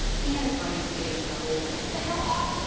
he and his buddies staged the whole thing. the hell off